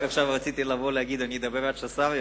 רק עכשיו רציתי להגיד שאני אדבר רק כשהשר יבוא,